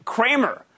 Kramer